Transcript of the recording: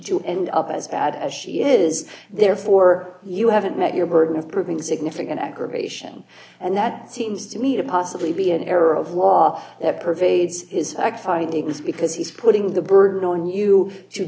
to end up as bad as she is therefore you haven't met your burden of proving significant aggravation and that seems to me to possibly be an error of law that pervades x i i degrees because he's putting the burden on you to